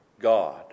God